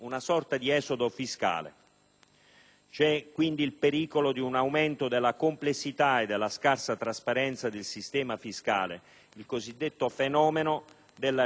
C'è quindi il pericolo di un aumento della complessità e della scarsa trasparenza del sistema fiscale: il cosiddetto fenomeno della regionalizzazione dell'IRPEF.